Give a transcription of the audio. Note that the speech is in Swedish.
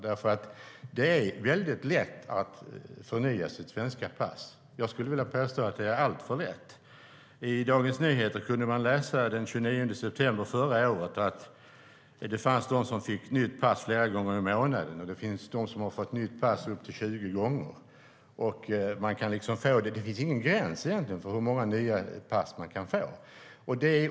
Det är väldigt lätt att förnya sitt svenska pass - jag skulle vilja påstå att det är alltför lätt. I Dagens Nyheter kunde man den 29 september förra året läsa att det fanns de som fick nytt pass flera gånger i månaden och att det finns de som har fått nytt pass upp till 20 gånger. Det finns egentligen ingen gräns för hur många nya pass man kan få.